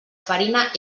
farina